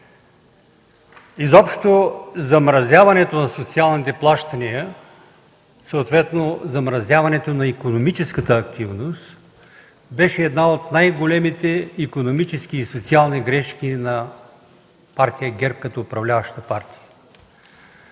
Изобщо, замразяването на социалните плащания, съответно замразяването на икономическата активност, беше една от най-големите икономически и социални грешки на Партия ГЕРБ, като управляваща партия.